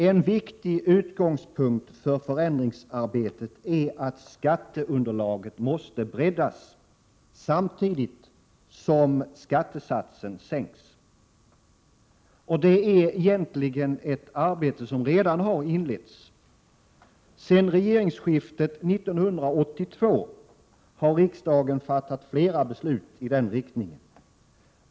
En viktig utgångspunkt för förändringsarbetet är att skatteunderlaget måste breddas, samtidigt som skattesatserna sänks. Det är egentligen ett arbete som redan har inletts. Sedan regeringsskiftet 1982 har riksdagen fattat flera beslut i den riktningen.